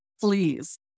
please